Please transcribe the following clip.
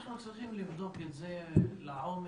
אנחנו צריכים לבדוק את זה לעומק,